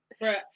Right